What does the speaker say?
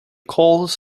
calls